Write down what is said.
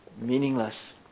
meaningless